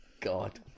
God